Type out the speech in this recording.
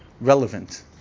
relevant